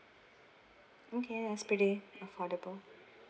okay that's pretty affordable